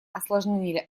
осложнили